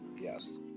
yes